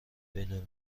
بین